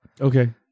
Okay